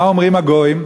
מה אומרים הגויים?